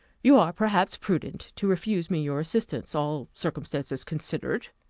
you are, perhaps, prudent to refuse me your assistance, all circumstances considered.